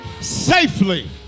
Safely